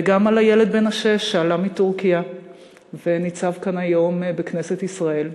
וגם על הילד בן השש שעלה מטורקיה וניצב כאן היום בכנסת ישראל.